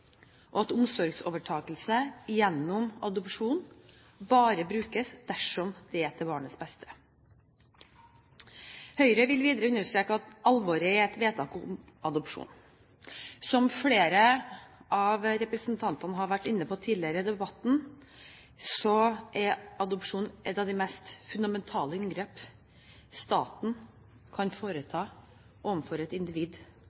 og at omsorgsovertakelse gjennom adopsjon bare brukes dersom det er til barnets beste. Høyre vil videre understreke alvoret i et vedtak om adopsjon. Som flere av representantene har vært inne på tidligere i debatten, er adopsjon et av de mest fundamentale inngrep staten kan foreta overfor et individ.